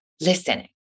listening